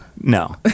No